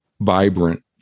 vibrant